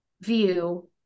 view